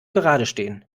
geradestehen